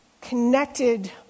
connected